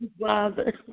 Father